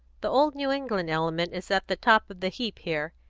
the old new england element is at the top of the heap here.